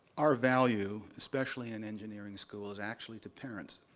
our value, especially in engineering school, is actually to parents.